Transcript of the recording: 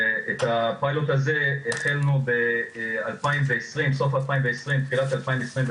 את הפיילוט הזה התחלנו בסוף 2020 תחילת 2021,